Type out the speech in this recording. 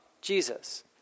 Jesus